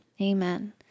Amen